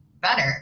better